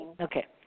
Okay